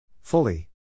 fully